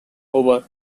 over